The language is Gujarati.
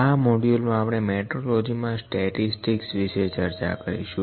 આ મોડ્યુલ મા આપણે મેટ્રોલોજી માં સ્ટેટિસ્તિક વિશે ચર્ચા કરીશું